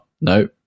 no